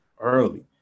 early